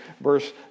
verse